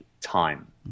time